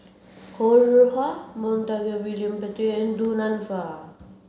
Ho Rih Hwa Montague William Pett and Du Nanfa